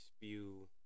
spew